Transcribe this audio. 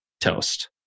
Toast